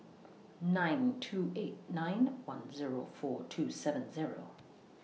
nine two eight nine one Zero four two seven Zero